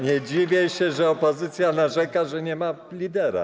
Nie dziwię się, że opozycja narzeka, że nie ma lidera.